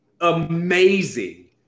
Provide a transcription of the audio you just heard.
amazing